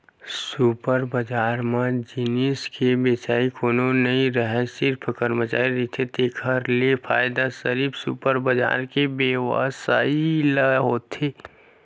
super बजार म जिनिस के बेचइया कोनो नइ राहय सिरिफ करमचारी रहिथे तेखर ले फायदा सिरिफ सुपर बजार के बेवसायी ल होथे